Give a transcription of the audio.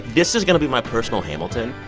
this is going to be my personal hamilton.